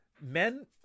Men